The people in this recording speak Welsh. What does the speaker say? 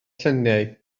lluniau